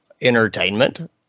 entertainment